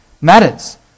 matters